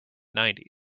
nineties